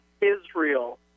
Israel